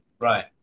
right